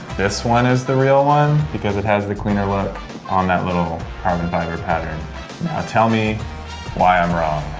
this one is the real one, because it has the cleaner look on that little carbon fiber pattern. now tell me why i'm wrong.